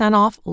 off